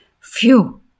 Phew